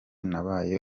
nabaye